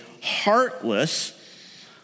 heartless